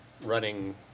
running